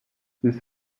this